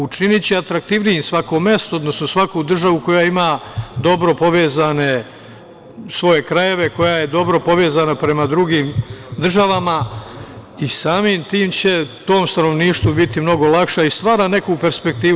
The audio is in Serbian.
Učiniće atraktivnijim svako mesto, odnosno svaku državu koja ima dobro povezane svoje krajeve, koja je dobro povezana prema drugim državama i samim tim će tom stanovništvu biti mnogo lakše, a i stvara neku perspektivu.